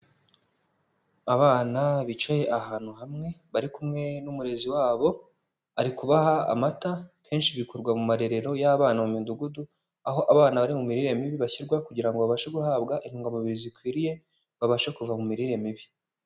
Abana bicaye ahantu hamwe bari kumwe n'umurezi wabo, ari kubaha amata. Kenshi bikorwa mu marerero y'abana mu midugudu, aho abana bari mu mirire mibi bashyirwa kugira ngo babashe guhabwa intungamubiri zikwiriye, babashe kuva mu mirire mibi.